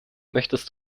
möchtest